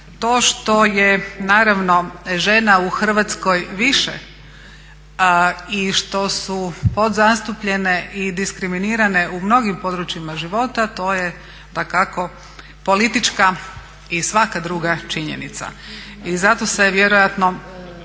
To što je naravno žena u Hrvatskoj više i što su podzastupljene i diskriminirane u mnogim područjima života to je dakako politička i svaka druga činjenica. I zato se vjerojatno